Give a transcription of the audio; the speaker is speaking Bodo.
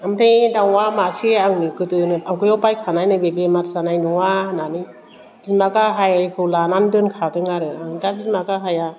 ओमफाय दाउआ मासे आं गोदोनो आवगायाव बायखानाय नैबे बेमार जानाय नङा होन्नानै बिमा गाहायखौ लानानै दोनखादों आरो आं दा बिमा गाहाया